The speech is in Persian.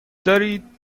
دارید